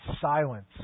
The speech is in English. silence